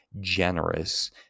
generous